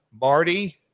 Marty